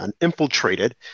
infiltrated